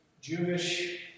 Jewish